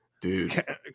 dude